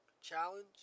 challenge